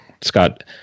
Scott